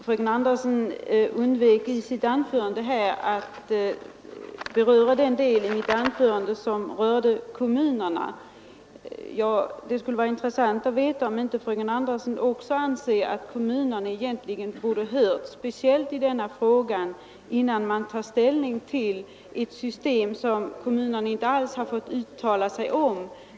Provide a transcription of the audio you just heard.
Herr talman! Fröken Anderson i Lerum undvek att beröra den delen i mitt anförande som rörde kommunerna. Det skulle vara intressant att höra om inte fröken Anderson också anser att kommunerna egentligen borde ha hörts speciellt i denna fråga, innan man tog ställning till ett system som kommunerna inte alls har fått uttala sig om.